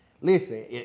listen